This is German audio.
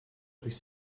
durch